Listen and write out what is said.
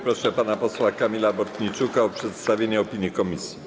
Proszę pana posła Kamila Bortniczuka o przedstawienie opinii komisji.